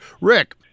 Rick